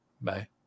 Bye